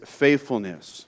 faithfulness